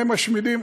והם משמידים.